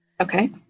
Okay